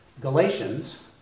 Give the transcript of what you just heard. Galatians